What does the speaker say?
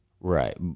right